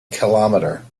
kilometre